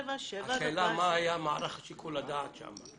השאלה מה היה מערך שיקול הדעת שם.